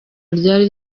ryari